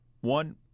One